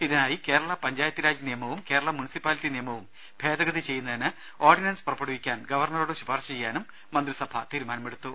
ഇതിനായി കേരള പഞ്ചായത്തിരാജ് നിയമവും കേരള മുനിസിപ്പാലിറ്റി നിയമവും ഭേദഗതി ചെയ്യുന്നതിന് ഓർഡിനൻസ് പുറപ്പെടുവിക്കാൻ ഗവർണ റോട് ശുപാർശ ചെയ്യാൻ മന്ത്രിസഭ തീരുമാനമെടുത്തു